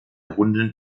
runden